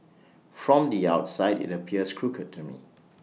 from the outside IT appears crooked to me